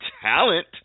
talent